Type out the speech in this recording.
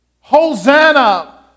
Hosanna